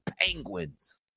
Penguins